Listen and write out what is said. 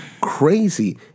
crazy